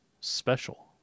special